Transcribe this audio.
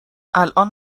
الان